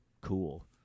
cool